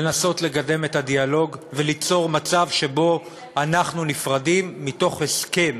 לנסות לקדם את הדיאלוג וליצור מצב שבו אנחנו נפרדים מתוך הסכם,